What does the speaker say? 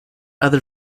other